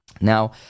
Now